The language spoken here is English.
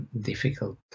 difficult